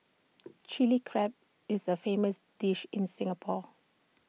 Chilli Crab is A famous dish in Singapore